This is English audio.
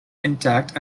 intact